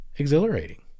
Exhilarating